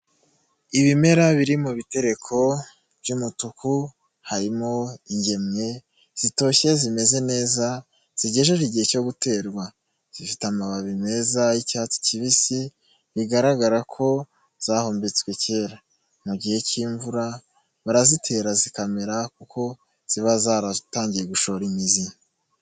Ibimera biri mu bitereko by'umutuku, harimo ingemwe zitoshye zimeze neza zigeje igihe cyo guterwa, zifite amababi meza y'icyatsi kibisi bigaragara ko zahumbitswe kera, mu gihe k'imvura barazitera zikamera kuko ziba zaratangiye gushora imizi.